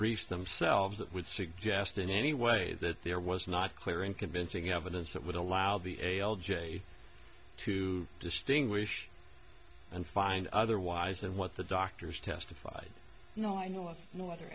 briefs themselves that would suggest in any way that there was not clear and convincing evidence that would allow the a l j to distinguish and find otherwise of what the doctors testified no i know of